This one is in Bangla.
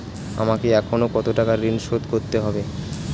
আমাকে এখনো কত টাকা ঋণ শোধ করতে হবে?